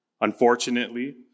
Unfortunately